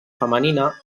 femenina